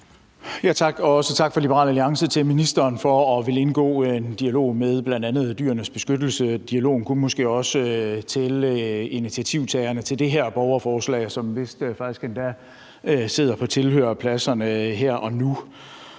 tak fra Liberal Alliance til ministeren for at ville indgå i en dialog med bl.a. Dyrenes Beskyttelse. Dialogen kunne måske også tælle initiativtagerne til det her borgerforslag, som vist endda faktisk sidder på tilhørerpladserne her.